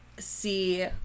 see